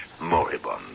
moribund